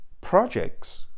Projects